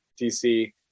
DC